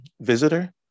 visitor